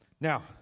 Now